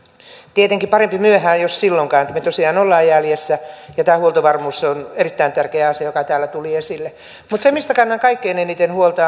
tietenkin parempi myöhään jos silloinkaan me tosiaan olemme jäljessä tämä huoltovarmuus on erittäin tärkeä asia joka täällä tuli esille mutta se mistä kannan kaikkein eniten huolta